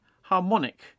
harmonic